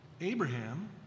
Abraham